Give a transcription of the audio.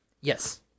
Yes